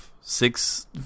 six